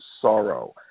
sorrow